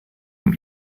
dem